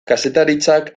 kazetaritzak